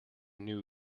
knew